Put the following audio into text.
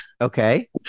okay